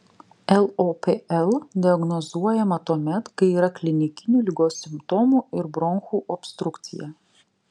lopl diagnozuojama tuomet kai yra klinikinių ligos simptomų ir bronchų obstrukcija